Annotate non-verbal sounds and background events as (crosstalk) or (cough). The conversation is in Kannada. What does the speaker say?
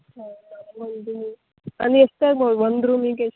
(unintelligible) ಒಂದು ಎಷ್ಟಾಗ್ಬೌದು ಒಂದು ರೂಮಿಗೆ